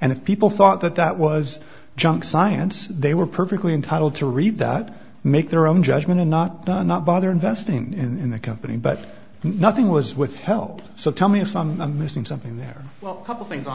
and if people thought that that was junk science they were perfectly entitled to read that make their own judgment and not not bother investing in the company but nothing was with help so tell me if i'm missing something there well a couple things on